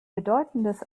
bedeutendes